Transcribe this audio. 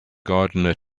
gardener